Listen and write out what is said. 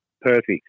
perfect